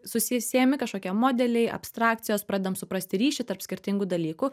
susiejami kažkokie modeliai abstrakcijos pradedam suprasti ryšį tarp skirtingų dalykų